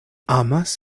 amas